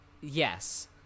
Yes